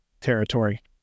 territory